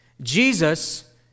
Jesus